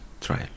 trial